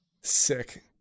Sick